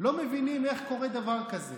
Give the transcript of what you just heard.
לא מבינים איך קורה דבר כזה